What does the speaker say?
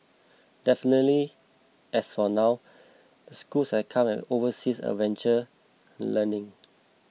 definitely as for now the schools have come overseas adventure learning